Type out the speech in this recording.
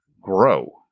grow